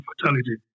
fatality